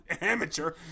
amateur